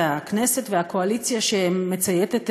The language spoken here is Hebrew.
והכנסת והקואליציה שמצייתת,